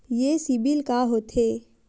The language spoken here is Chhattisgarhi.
ये सीबिल का होथे?